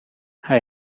hij